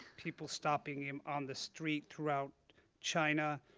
people stopping him on the street throughout china,